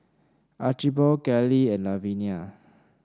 Archibald Kellie and Lavenia